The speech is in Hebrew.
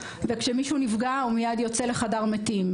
וכשמישהו נפגע הוא מיד יוצא ל"חדר מתים".